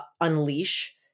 unleash